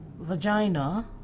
vagina